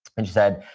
and she said,